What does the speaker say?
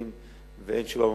לפקידים, ואין תשובה במקום.